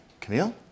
Camille